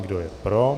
Kdo je pro?